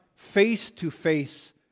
face-to-face